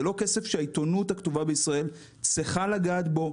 זה לא כסף שהעיתונות הכתובה בישראל צריכה לגעת בו.